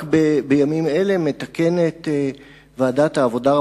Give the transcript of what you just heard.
רק בימים אלה מתקנת ועדת העבודה,